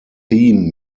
theme